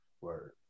Word